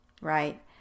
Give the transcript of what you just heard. right